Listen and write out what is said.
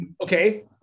Okay